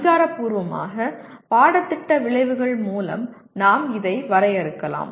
அதிகாரப்பூர்வமாக பாடத்திட்ட விளைவுகள் மூலம் நாம் இதை வரையறுக்கலாம்